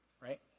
Right